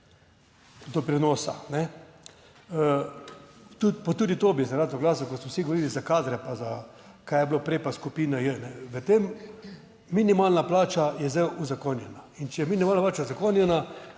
doprinosa. Pa tudi to bi se rad oglasil, ko ste vsi govorili za kadre pa za kaj je bilo prej, pa skupina J. Minimalna plača je zdaj uzakonjena in če je minimalna plača uzakonjena,